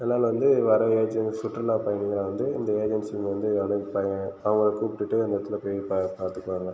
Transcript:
எல்லாம் நான் வந்து வேற எங்கேயாச்சும் சுற்றுலா பயணிகளாய் வந்து இந்த ஏஜென்சிங்க வந்து அனுப்புவாங்கள் அவங்கள கூப்பிட்டு அந்த இடத்துல போயி பாத்துக்குவாங்கள்